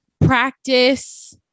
practice